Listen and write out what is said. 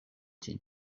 ĝin